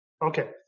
Okay